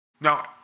now